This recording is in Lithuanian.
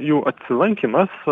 jų atsilankymas